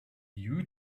you